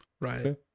right